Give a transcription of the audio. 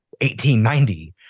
1890